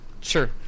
Sure